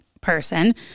person